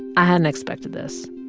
i hadn't expected this.